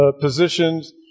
positions